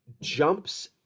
jumps